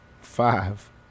Five